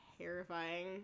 terrifying